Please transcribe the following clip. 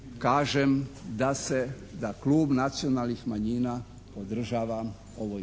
kažem da Klub nacionalnih manjina podržava ovo